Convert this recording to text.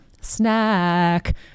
snack